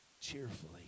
cheerfully